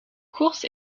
course